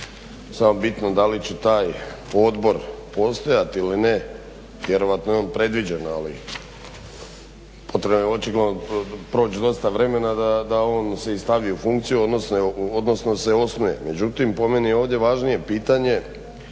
samo bitno da li će taj odbor postojati ili ne, vjerojatno je on predviđen, ali očigledno će proći dosta vremena da on se stavi u funkciju, odnosno se osnuje. Međutim po meni je ovdje važnije pitanje